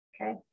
okay